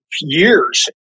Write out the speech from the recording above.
years